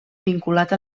vinculat